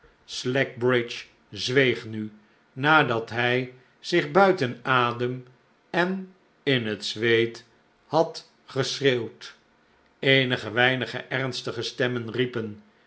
slackbridge zweeg nu nadat hij zich buiten adem en in het zweet had geschreeuwd eenige weinige ernstige stemmen riepen